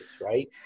right